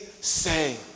say